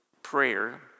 Prayer